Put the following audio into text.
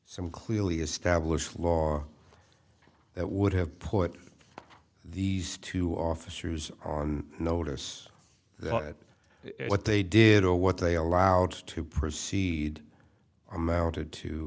some clearly established law that would have put these two officers on notice that what they did or what they allowed to proceed amounted to